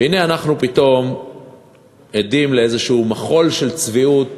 והנה אנחנו פתאום עדים לאיזה מחול של צביעות